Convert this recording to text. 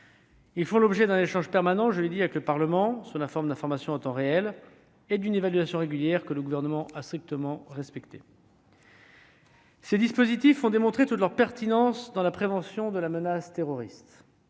Ils font l'objet d'un échange permanent avec le Parlement, sous la forme d'une information en temps réel et d'une évaluation régulière que le Gouvernement a strictement respectées. Ces dispositifs ont démontré toute leur pertinence dans la prévention de la menace terroriste.